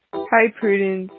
hi, prudence.